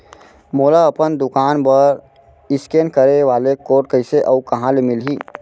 मोला अपन दुकान बर इसकेन करे वाले कोड कइसे अऊ कहाँ ले मिलही?